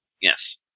Yes